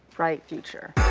bright future.